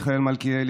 מיכאל מלכיאלי,